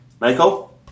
Michael